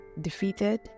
defeated